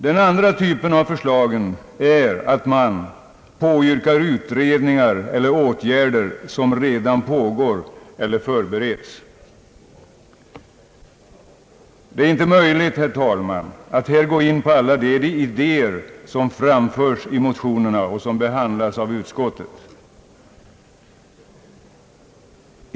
Den andra typen av förslag påyrkar utredningar eller åtgärder som redan pågår eller förbereds. Det är inte möjligt, herr talman, att här gå in på alla de idéer som framförts i motionerna och som behandlats av utskottet.